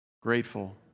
grateful